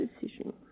decision